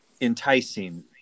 enticing